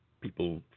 people